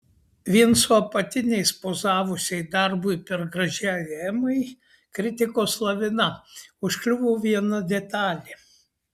vien su apatiniais pozavusiai darbui per gražiai emai kritikos lavina užkliuvo viena detalė